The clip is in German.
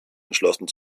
entschlossen